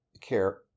Care